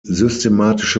systematische